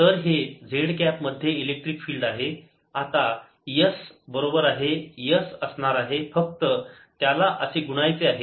तर हे z cap मध्ये इलेक्ट्रिक फिल्ड आहे आता s बरोबर आहे s असणार आहे फक्त त्याला असे गुणायचे आहे